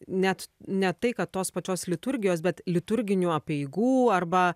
net ne tai kad tos pačios liturgijos bet liturginių apeigų arba